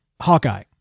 Hawkeye